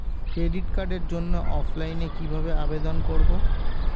Credit কার্ডের জন্য অফলাইনে কিভাবে আবেদন করব?